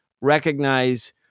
recognize